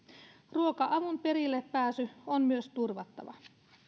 ruoka avun perillepääsy on myös turvattava